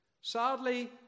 Sadly